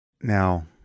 Now